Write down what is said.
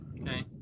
Okay